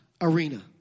arena